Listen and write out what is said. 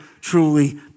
truly